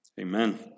Amen